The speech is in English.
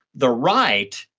the right,